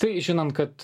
tai žinant kad